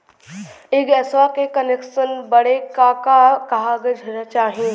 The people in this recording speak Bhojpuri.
इ गइसवा के कनेक्सन बड़े का का कागज चाही?